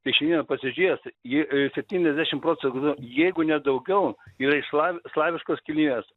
tai šiandieną pasižiūrėjus ji septyniasdešimt procentų jeigu ne daugiau yra iš sla slaviškos kilmės